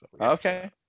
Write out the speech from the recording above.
Okay